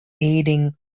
aiding